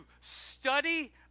study